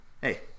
hey